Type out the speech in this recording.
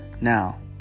now